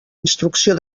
instrucció